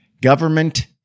Government